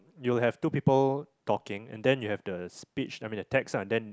you'll have two people talking and then you have the speech I mean the text ah then